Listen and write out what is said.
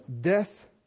death